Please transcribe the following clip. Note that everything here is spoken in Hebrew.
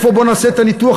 בוא נעשה את הניתוח.